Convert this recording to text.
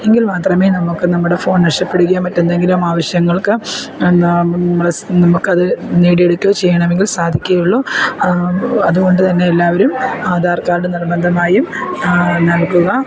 എങ്കിൽ മാത്രമേ നമുക്ക് നമ്മുടെ ഫോൺ നഷ്ടപ്പെടുകയോ മറ്റെന്തെങ്കിലുമാവശ്യങ്ങൾക്ക് നമ്മൾ നമുക്കതു നേടിയെടുക്കുകയോ ചെയ്യണമെങ്കിൽ സാധിക്കുകയുള്ളൂ അതു കൊണ്ടു തന്നെ എല്ലാവരും ആധാർ കാഡ് നിർബന്ധമായും നൽകുക